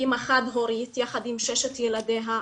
אמא חד הורית יחד עם ששת ילדיה,